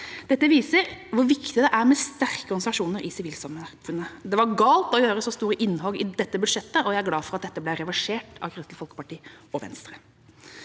Dette viser hvor viktig det er med sterke organisasjoner i sivilsamfunnet. Det var galt å gjøre så store innhogg i dette budsjettet, og jeg er glad for at dette ble reversert av Kristelig Folkeparti og Venstre.